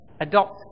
adopt